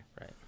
Right